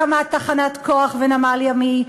הקמת תחנת כוח ונמל ימי,